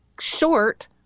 Short